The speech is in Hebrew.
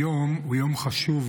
היום הוא יום חשוב,